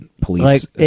police